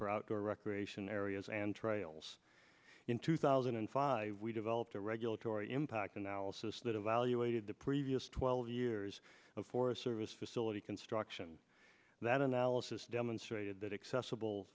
for outdoor recreation areas and trails in two thousand and five we developed a regulatory impact analysis that evaluated the previous twelve years of forest service facility construction that analysis demonstrated that accessible